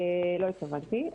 לא התכוונתי.